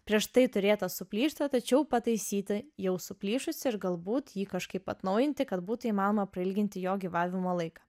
prieš tai turėtas suplyšta tačiau pataisyti jau suplyšusį ir galbūt jį kažkaip atnaujinti kad būtų įmanoma prailginti jo gyvavimo laiką